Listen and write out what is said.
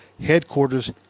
headquarters